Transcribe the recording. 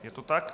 Je to tak?